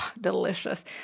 Delicious